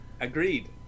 agreed